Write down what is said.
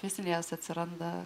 išsiliejęs atsiranda